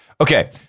Okay